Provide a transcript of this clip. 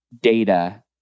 data